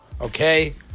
okay